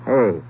Hey